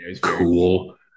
cool